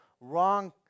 wrong